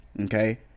okay